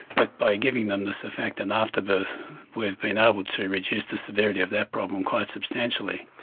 but by giving them the surfactant after birth we've been able to reduce the severity of that problem quite substantially.